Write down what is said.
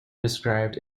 described